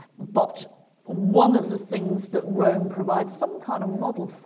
but one of the things that rome provides some kind of model